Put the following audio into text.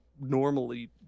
normally